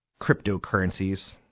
cryptocurrencies